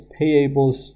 payables